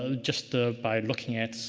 ah just ah by looking at,